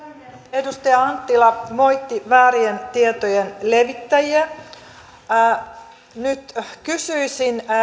edustaja anttila moitti väärien tietojen levittäjiä nyt kysyisin